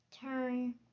turn